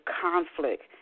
conflict